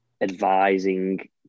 advising